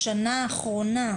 בשנה האחרונה,